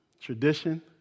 tradition